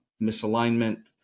misalignment